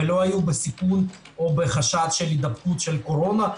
ולא היו בסיכון או בחשד של הידבקות בקורונה.